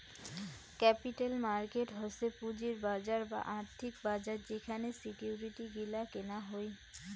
capital market হসে পুঁজির বাজার বা আর্থিক বাজার যেখানে সিকিউরিটি গিলা কেনা হই